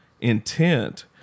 intent